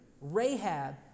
Rahab